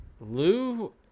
lou